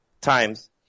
times